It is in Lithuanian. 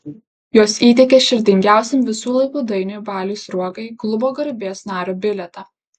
jos įteikė širdingiausiam visų laikų dainiui baliui sruogai klubo garbės nario bilietą